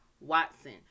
Watson